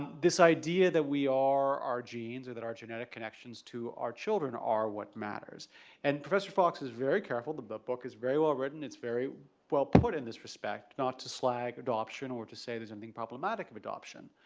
this idea that we are our genes or that our genetic connections to our children are what matters and professor fox is very careful the book book is very well written it's very well put in this respect not to slag adoption or to say there's anything problematic of adoption,